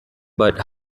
but